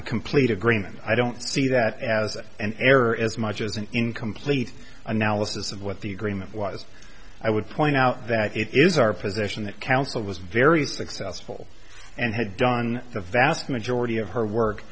the complete agreement i don't see that as an error as much as an incomplete analysis of what the agreement was i would point out that it is our position that counsel was very successful and had done the vast majority of her work